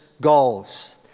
goals